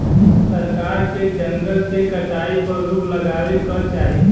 सरकार के जंगल के कटाई पर रोक लगावे क चाही